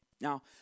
Now